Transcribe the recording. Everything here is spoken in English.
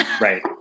Right